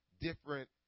different